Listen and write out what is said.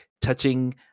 touching